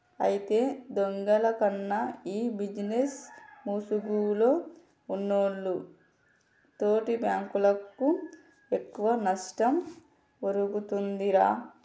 అయితే దొంగల కన్నా ఈ బిజినేస్ ముసుగులో ఉన్నోల్లు తోటి బాంకులకు ఎక్కువ నష్టం ఒరుగుతుందిరా